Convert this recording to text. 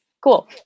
Cool